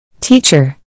Teacher